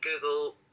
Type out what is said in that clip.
Google